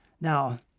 Now